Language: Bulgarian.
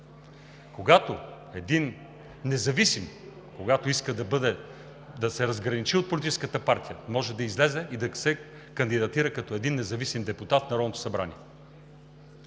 Когато един независим иска да се разграничи от политическата партия, може да излезе и да се кандидатира като един независим депутат в Народното събрание.